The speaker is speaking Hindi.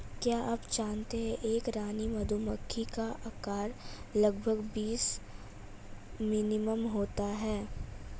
क्या आप जानते है एक रानी मधुमक्खी का आकार लगभग बीस मिमी होता है?